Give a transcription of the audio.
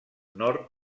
nord